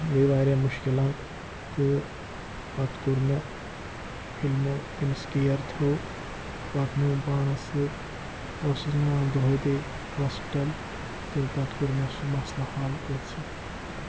گٔے واریاہ مُشکِلات تہٕ پَتہٕ کوٚر مےٚ ییٚلہِ مےٚ تٔمِس کِیَر تھوٚو پَتہٕ نیوٗم پانَس سۭتۍ اوسُس نِوان دۄہَے دے ہاسپِٹَل تہٕ پَتہٕ کوٚر مےٚ سُہ مَسلہٕ حال تٔتھۍ سۭتۍ